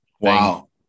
Wow